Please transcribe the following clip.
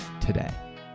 today